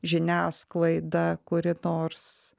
žiniasklaida kuri nors